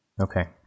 Okay